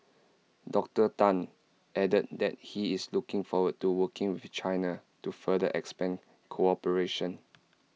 Doctor Tan added that he is looking forward to working with China to further expand cooperation